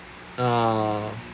uh